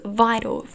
vital